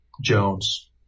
Jones